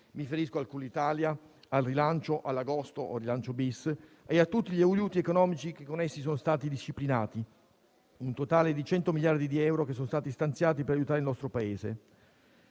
al decreto rilancio, al decreto agosto - o rilancio-*bis* - e a tutti gli aiuti economici che con essi sono stati disciplinati per un totale di 100 miliardi di euro che sono stati stanziati per aiutare il nostro Paese.